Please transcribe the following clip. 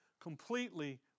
completely